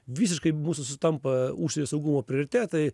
visiškai mūsų sutampa užsienio saugumo prioritetai